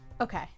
okay